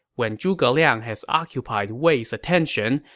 when zhuge liang has occupied wei's attention,